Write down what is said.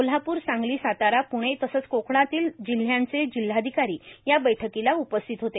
कोल्हापूर सांगली सातारा प्णे तसंच कोकणातल्या जिल्ह्यांचे जिल्हाधिकारी या बैठकीला उपस्थित होते